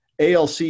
ALC